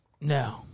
No